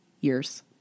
years